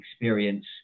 experience